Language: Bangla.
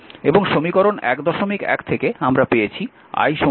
এবং সমীকরণ 11 থেকে আমরা পেয়েছি I dqdt